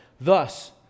Thus